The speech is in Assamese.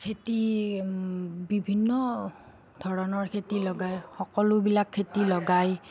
খেতি বিভিন্ন ধৰণৰ খেতি লগায় সকলোবিলাক খেতি লগায়